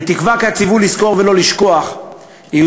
אני תקווה כי הציווי לזכור ולא לשכוח ייושם